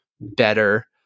better